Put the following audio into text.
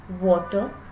water